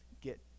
get